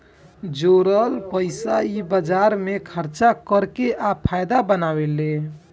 जोरल पइसा इ बाजार मे खर्चा कर के आ फायदा बनावेले